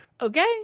Okay